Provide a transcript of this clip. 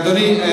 אדוני,